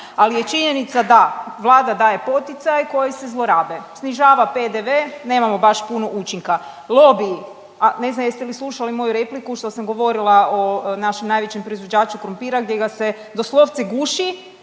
ali je činjenica da Vlada daje poticaj koji se zlorabe, snižava PDV, nemamo baš puno učinka. Lobiji, a ne znam jeste li slušali moju repliku što sam govorila o našem najvećem proizvođaču krumpiru gdje ga se doslovce guši